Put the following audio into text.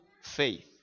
faith